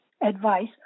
advice